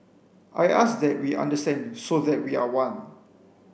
I ask that we understand so that we are one